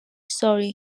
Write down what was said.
sorry